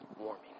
warming